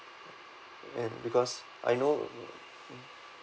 and because I know mm mm